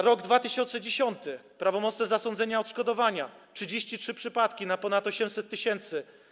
Rok 2010, prawomocne zasądzenie odszkodowania - 33 przypadki, ponad 800 tys.